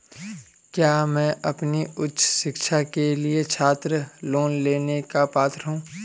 क्या मैं अपनी उच्च शिक्षा के लिए छात्र लोन लेने का पात्र हूँ?